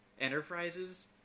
enterprises